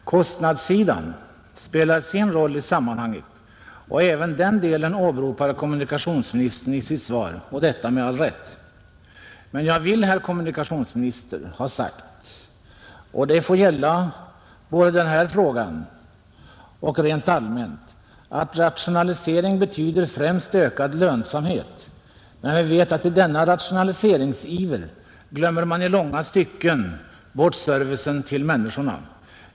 Kostnadssidan spelar sin roll i sammanhanget, och även den delen åberopar kommunikationsministern i sitt svar, och detta med all rätt. Men jag vill, herr kommunikationsminister, ha sagt — och det får gälla både den här frågan och rent allmänt — att rationalisering betyder främst ökad lönsamhet, men vi vet att i denna rationaliseringsiver glömmer man i långa stycken bort servicen till människorna.